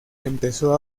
empezó